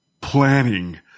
planning